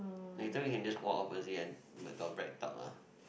later we can just walk opposite and got BreadTalk lah